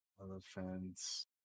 elephants